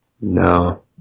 No